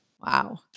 Wow